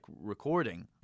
recording